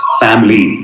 family